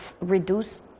reduce